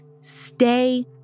stay